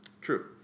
True